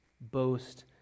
boast